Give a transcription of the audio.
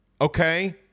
okay